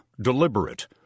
deliberate